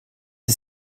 sie